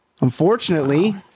Unfortunately